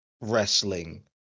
wrestling